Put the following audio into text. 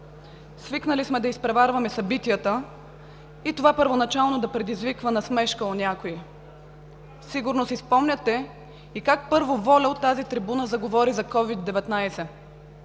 Свикнали сме да изпреварваме събитията и това първоначално да предизвиква насмешка у някои. Сигурно си спомняте и как първо ВОЛЯ от тази трибуна заговори за COVID-19